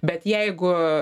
bet jeigu